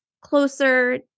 closer